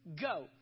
go